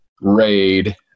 RAID